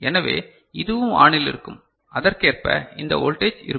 எனவே இதுவும் ஆனில் இருக்கும் அதற்கேற்ப இந்த வோல்டேஜ் இருக்கும்